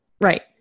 Right